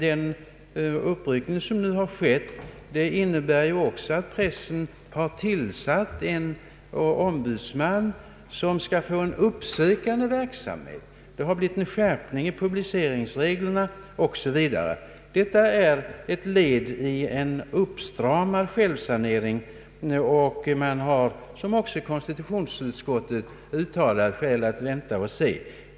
Den uppryckning som nu har skett innebär också att pressen har tillsatt en ombudsman som skall få en uppsökande verksamhet. Det har blivit en revision av publiceringsreglerna o.s.v. Detta är ett led i en uppstramad självsanering, och man har, som också konstitutionsutskottet uttalat, skäl att vänta och se.